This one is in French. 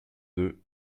deux